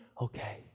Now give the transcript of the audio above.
Okay